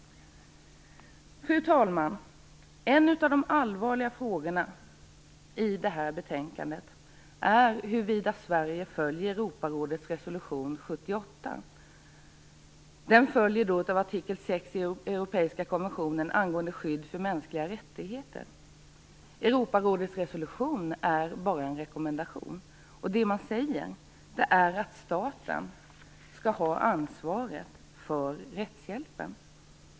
Fru talman! En av de allvarliga frågorna i det här betänkandet är huruvida Sverige följer Europarådets resolution 78. Den följer av artikel 6 i Europeiska konventionen angående skydd för mänskliga rättigheter. Europarådets resolution är bara en rekommendation, och det man säger är att staten skall ha ansvaret för rättshjälpen.